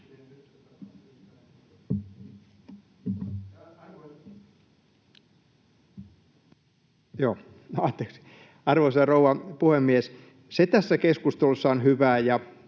Arvoisa rouva puhemies! Se tässä keskustelussa on hyvää